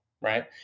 right